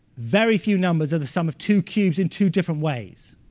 very few numbers are the sum of two cubes in two different ways.